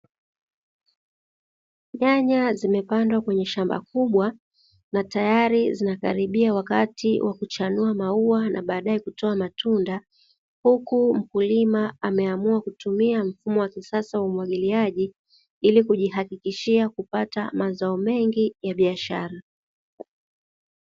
Nyanya zimepandwa kwenye shamba kubwa, na tayari zinakaribia kuchanua na kutoa maua na baadae kutoa matunda, huku mkulima ameamua kutumia mfumo wa kisasa wa umwagiliaji ili kujihakikishia kupata mazao mengi ya biashara.